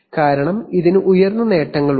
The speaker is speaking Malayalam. കാരണം ഇതിന് ഉയർന്ന നേട്ടങ്ങളുണ്ട്